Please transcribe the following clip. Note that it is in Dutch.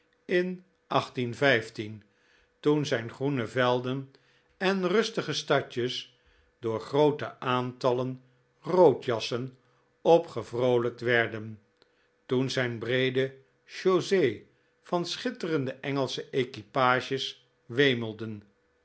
in toen zijn groene velden en rustige stadjes door groote aantallen roodjassen opgevroolijkt werden toen zijn breede chaussees van schitterende engelsche equipages wemelden